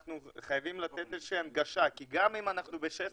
אנחנו חייבים לתת הנגשה כי גם אם ב-16